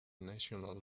national